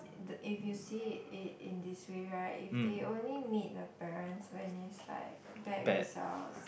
the if you see it it in this way right if they only meet the parents when it's like bad results